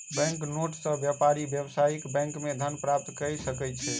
bank note सॅ व्यापारी व्यावसायिक बैंक मे धन प्राप्त कय सकै छै